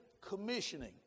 commissioning